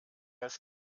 als